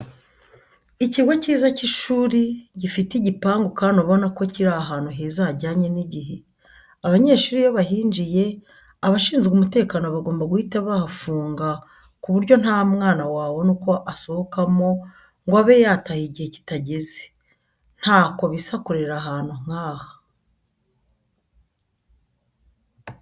Ikigo cyiza cy'ishuri, gifite igipangu kandi ubona ko kiri ahantu heza hajyanye n'igihe, abanyeshuri iyo bahinjiye abashinzwe umutekano bagomba guhita bahafunga ku buryo nta mwana wabona uko asohokamo ngo abe yataha igihe kitageze. Ntako bisa kurera ahantu nkaha.